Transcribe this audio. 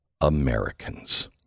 Americans